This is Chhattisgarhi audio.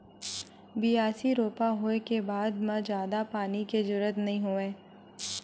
बियासी, रोपा होए के बाद म जादा पानी के जरूरत नइ होवय